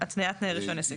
(3)התניית תנאי רישיון עסק.